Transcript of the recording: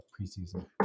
preseason